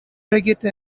harrogate